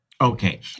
Okay